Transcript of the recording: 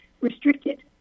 restricted